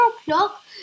o'clock